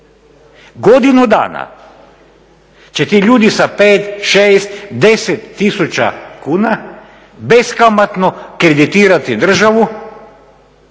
Godinu dana će ti ljudi sa 5, 6, 10 tisuća kuna beskamatno kreditirati državu,